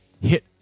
Hit